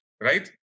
right